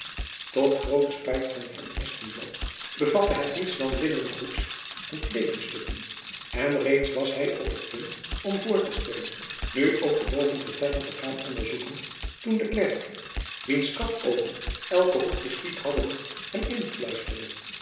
tot grooten spijt van van espenblad bevatte het niets dan linnengoed en kleedingstukken en reeds was hy op het punt om voor te stellen nu ook de bovenvertrekken te gaan onderzoeken toen de klerk wiens kat oogen eiken hoek bespied hadden hem influisterde